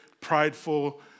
prideful